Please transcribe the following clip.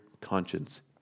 conscience